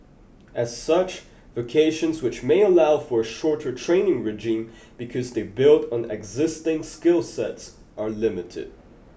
as such vocations which may allow for a shorter training regime because they build on existing skill sets are limited